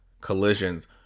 collisions